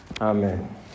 Amen